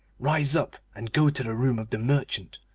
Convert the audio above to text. rise up and go to the room of the merchant,